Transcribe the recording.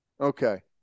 Okay